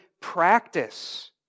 practice